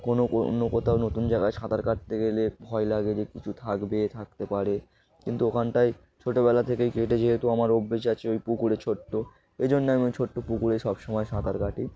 কোনো অন্য কোথাও নতুন জায়গায় সাঁতার কাটতে গেলে ভয় লাগে যে কিছু থাকবে থাকতে পারে কিন্তু ওখানটায় ছোটোবেলা থেকেই কেটে যেহেতু আমার অভ্যেস আছে ওই পুকুরে ছোট্টো এই জন্য আমি ওই ছোট্ট পুকুরে সব সমময় সাঁতার কাটি